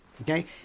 Okay